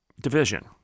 division